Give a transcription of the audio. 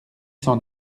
cent